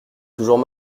toujours